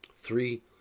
three